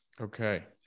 Okay